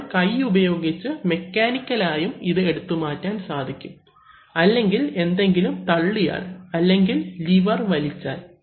ചിലപ്പോൾ കൈ ഉപയോഗിച്ച് മെക്കാനിക്കൽ ആയും ഇത് എടുത്തു മാറ്റാൻ സാധിക്കും അല്ലെങ്കിൽ എന്തെങ്കിലും തള്ളിയാൽ അല്ലെങ്കിൽ ലിവർ വലിച്ചാൽ